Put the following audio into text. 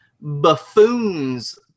buffoons